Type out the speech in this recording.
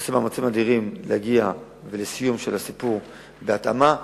עושה מאמצים אדירים להגיע לסיום של הסיפור בהתאמה.